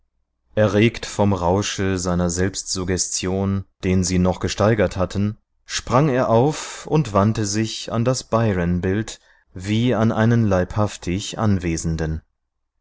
erregt vom rausche seiner selbstsuggestion den sie noch gesteigert hatten sprang er auf und wandte sich an das byron bild wie an einen leibhaftig anwesenden